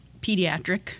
pediatric